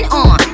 on